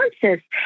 conscious